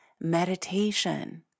meditation